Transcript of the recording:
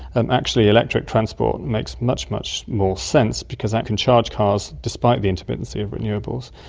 and actually electric transport makes much, much more sense because that can charge cars, despite the intermittency of renewables.